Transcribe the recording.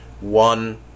one